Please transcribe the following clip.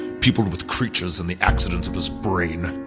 people with creatures in the accidents of his brain.